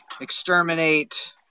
exterminate